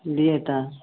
दियै तऽ